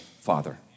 Father